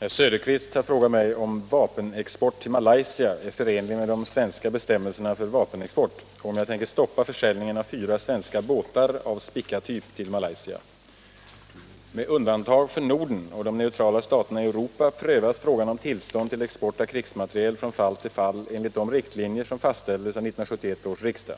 Herr Söderqvist har frågat mig om vapenexport till Malaysia är förenlig med de svenska bestämmelserna för vapenexport och om jag tänker stoppa försäljningen av fyra svenska båtar av Spica-typ till Malaysia. Med undantag för Norden och de neutrala staterna i Europa prövas frågan om tillstånd till export av krigsmateriel från fall till fall enligt de riktlinjer som fastställdes av 1971 års riksdag.